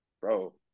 bro